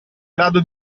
grado